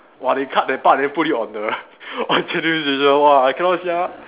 !wah! they cut that part then put it on the on Channel News Asia !wah! I cannot sia